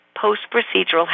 post-procedural